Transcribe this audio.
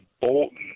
Bolton